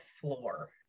floor